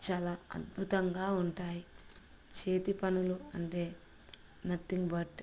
చాలా అద్భుతంగా ఉంటాయి చేతి పనులు అంటే నథింగ్ బట్